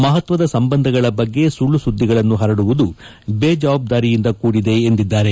ಮಹತ್ತದ ಸಂಬಂಧಗಳ ಬಗ್ಗೆ ಸುಳ್ಳು ಸುದ್ದಿಗಳನ್ನು ಹರಡುವುದು ಬೇಜಾವಬ್ದಾರಿಯಿಂದ ಕೂಡಿದೆ ಎಂದಿದ್ದಾರೆ